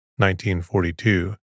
1942